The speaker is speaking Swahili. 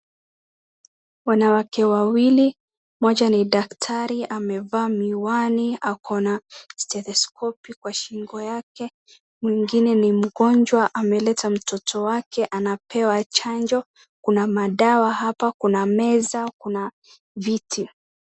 Wanawake wawili mmoja ni daktari amevaa miwani akona [cs[stethoscope kwa shingo yake mwingine ni mgonjwa ameleta mtoto wake anapewa chanjo, kuna madawa hapa , kuna meza, kuna viti.